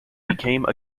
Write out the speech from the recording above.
became